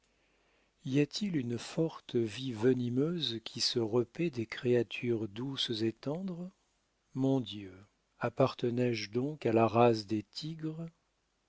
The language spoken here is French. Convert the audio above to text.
y a-t-il une forte vie venimeuse qui se repaît des créatures douces et tendres mon dieu appartenais je donc à la race des tigres